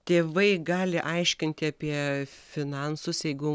tėvai gali aiškinti apie finansus jeigu